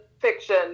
fiction